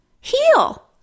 heal